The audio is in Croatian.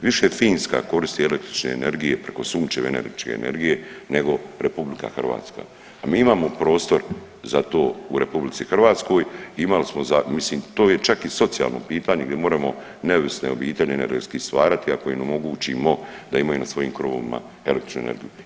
Više Finska koristi električne energije preko sunčeve električne energije nego RH, a mi imamo prostor za to u RH, imali smo za, mislim, to je čak i socijalno pitanje gdje moramo neovisne obitelji energetski stvarati, ako im omogućimo da imaju na svojim krovovima električnu energiju.